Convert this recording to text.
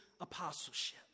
apostleship